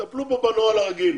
יטפלו בו בנוהל הרגיל,